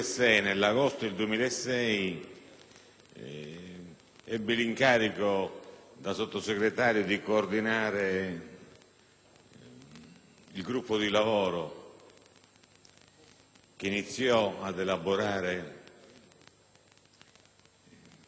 ebbi l'incarico, da Sottosegretario, di coordinare il gruppo di lavoro che iniziò ad elaborare questo disegno di legge;